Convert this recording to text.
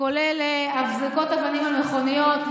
שכולל זריקות אבנים על מכוניות,